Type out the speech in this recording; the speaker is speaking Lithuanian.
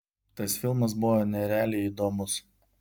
tas filmas buvo nerealiai įdomus